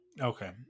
okay